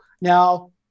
now